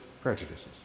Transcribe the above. prejudices